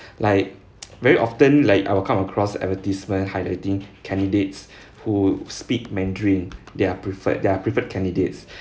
like very often like I will come across advertisement highlighting candidates who speak mandarin their preferred their preferred candidates